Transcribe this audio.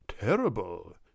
Terrible